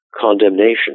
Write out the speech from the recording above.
condemnation